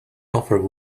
offer